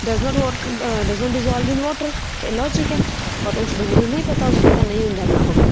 does not vote does not dissolve in voter ਇਹ logic ਹੈ but ਉਸ ਬੰਦੇ ਨੂੰ ਨਹੀਂ ਪਤਾ ਉਸ ਲਈ ਤਾਂ ਨਹੀਂ ਹੁੰਦਾ ਨਾ ਹੋਵੇ